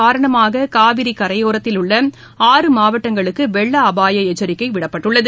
காரணமாககாவிரிகரையோரத்தில் இதன் உள்ள ஆறு மாவட்டங்களுக்குவெள்ளஅபாயஎச்சரிக்கைவிடப்பட்டுள்ளது